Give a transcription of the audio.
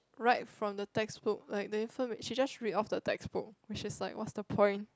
right from the textbook like the infor~ she just read off the textbook which is like what's the point